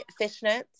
fishnets